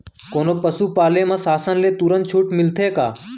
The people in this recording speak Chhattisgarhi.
कोनो पसु पाले म शासन ले तुरंत छूट मिलथे का?